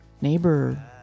neighbor